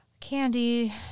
Candy